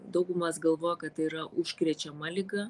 daugumas galvoja kad tai yra užkrečiama liga